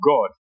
God